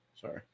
sorry